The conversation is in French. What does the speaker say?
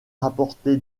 rapporté